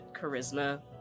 charisma